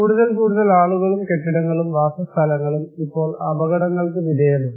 കൂടുതൽ കൂടുതൽ ആളുകളും കെട്ടിടങ്ങളും വാസസ്ഥലങ്ങളും ഇപ്പോൾ അപകടങ്ങൾക്ക് വിധേയമാണ്